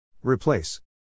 Replace